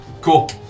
Cool